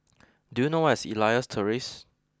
do you know where is Elias Terrace